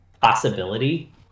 possibility